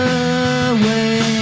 away